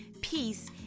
peace